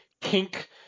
kink